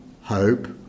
hope